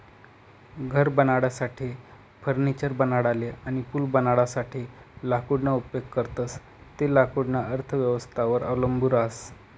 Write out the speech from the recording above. घर बनाडासाठे, फर्निचर बनाडाले अनी पूल बनाडासाठे लाकूडना उपेग करतंस ते लाकूडना अर्थव्यवस्थावर अवलंबी रहास